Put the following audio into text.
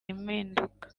impinduka